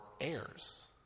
heirs